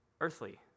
earthly